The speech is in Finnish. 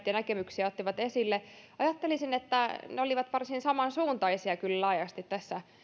ja näkemyksiä joita eduskuntaryhmät ottivat esille ajattelisin että ne olivat varsin samansuuntaisia kyllä laajasti tässä